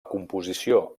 composició